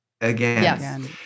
again